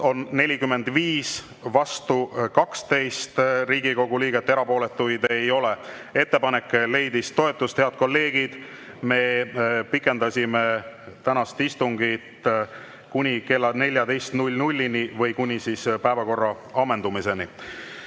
on 45, vastu 12 Riigikogu liiget, erapooletuid ei ole. Ettepanek leidis toetust. Head kolleegid, me pikendasime tänast istungit kuni kella 14‑ni või kuni päevakorra ammendumiseni.